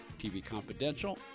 tvconfidential